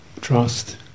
trust